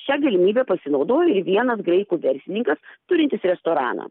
šia galimybe pasinaudojo ir vienas graikų verslininkas turintis restoraną